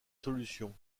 solution